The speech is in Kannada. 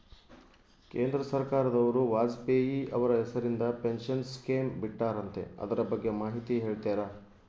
ಕೇಂದ್ರ ಸರ್ಕಾರದವರು ವಾಜಪೇಯಿ ಅವರ ಹೆಸರಿಂದ ಪೆನ್ಶನ್ ಸ್ಕೇಮ್ ಬಿಟ್ಟಾರಂತೆ ಅದರ ಬಗ್ಗೆ ಮಾಹಿತಿ ಹೇಳ್ತೇರಾ?